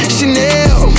Chanel